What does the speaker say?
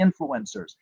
influencers